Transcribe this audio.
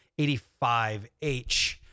85H